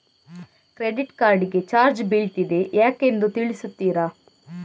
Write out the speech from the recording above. Credit card ಗೆ charge ಬೀಳ್ತಿದೆ ಯಾಕೆಂದು ತಿಳಿಸುತ್ತೀರಾ?